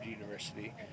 University